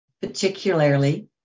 particularly